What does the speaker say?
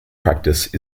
practice